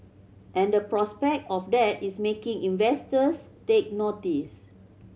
and the prospect of that is making investors take notice